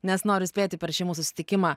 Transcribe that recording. nes noriu spėti per šį mūsų susitikimą